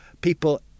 people